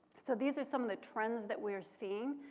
so these are some of the trends that we're seeing,